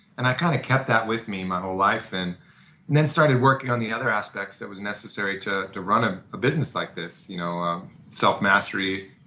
and i kind of kept that with me my whole life. then then started working on the other aspects that was necessary to to run a business like this, you know self-mastery,